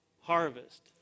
harvest